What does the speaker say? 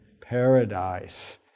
paradise